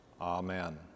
Amen